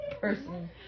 Person